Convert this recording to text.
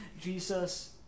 Jesus